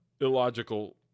Illogical